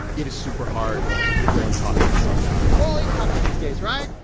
it is superhard to peel and talk at the same time we're all eating healthy these days. right?